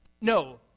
No